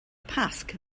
pasg